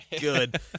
good